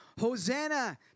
Hosanna